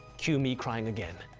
cue me crying again.